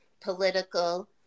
political